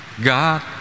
God